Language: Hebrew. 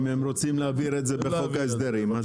אם הם רוצים להעביר את זה בחוק ההסדרים,